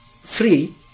free